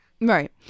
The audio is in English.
Right